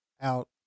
out